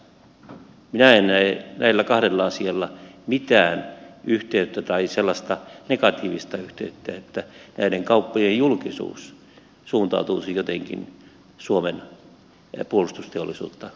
minä en näe näillä kahdella asialla mitään yhteyttä tai sellaista negatiivista yhteyttä että näiden kauppojen julkisuus suuntautuisi jotenkin suomen puolustusteollisuutta